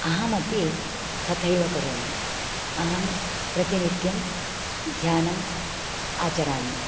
अहमपि तथैव करोमि अहं प्रतिनित्यं ध्यानम् आचरामि